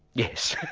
yes.